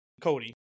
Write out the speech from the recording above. Cody